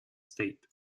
state